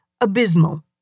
abysmal